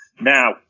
Now